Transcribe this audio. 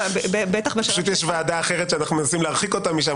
פשוט יש ועדה אחרת שאנחנו מנסים להרחיק אותם משם,